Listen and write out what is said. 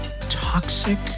toxic